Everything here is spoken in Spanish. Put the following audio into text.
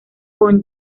con